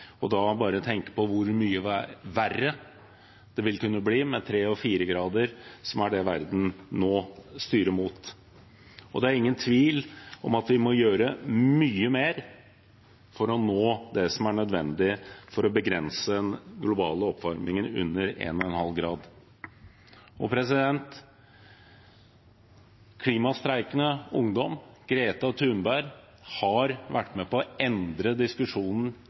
da er det bare å tenke på hvor mye verre det vil kunne bli med 3 og 4 grader, som er det verden nå styrer mot. Det er ingen tvil om at vi må gjøre mye mer for å nå det som er nødvendig for å begrense den globale oppvarmingen til under 1,5 grader. Klimastreikende ungdom og Greta Thunberg har vært med på å endre diskusjonen